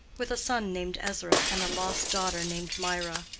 with a son named ezra, and a lost daughter named mirah?